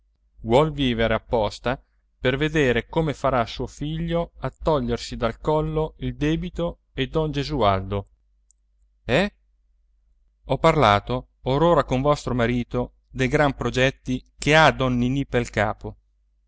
vuol vivere apposta per vedere come farà suo figlio a togliersi dal collo il debito e don gesualdo eh ho parlato or ora con vostro marito dei gran progetti che ha don ninì pel capo